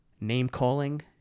name-calling